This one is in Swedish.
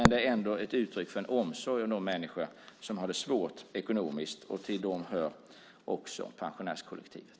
Det är ändå ett uttryck för en omsorg om de människor som har det svårt ekonomiskt. Till dem hör också pensionärskollektivet.